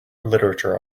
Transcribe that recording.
literature